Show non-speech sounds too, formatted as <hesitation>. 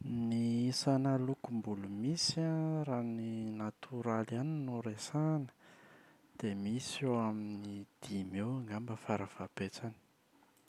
Ny isana lokombolo misy an <hesitation> raha ny natoraly ihany no resahana dia misy eo amin’ny dimy eo angamba fara fahabetsany.